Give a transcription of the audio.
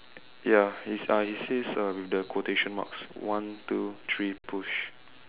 ya it's uh it says uh with the quotation marks one two three push